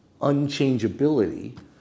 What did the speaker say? unchangeability